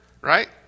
right